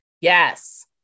Yes